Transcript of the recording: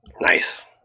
Nice